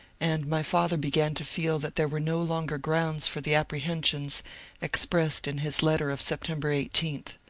and my father began to feel that there were no longer grounds for the apprehensions expressed in his letter of september eighteen.